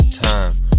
time